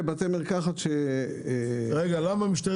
משטרת